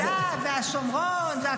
לכן הוויכוח על יהודה ושומרון מיותר.